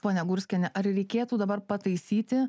ponia gurskiene ar reikėtų dabar pataisyti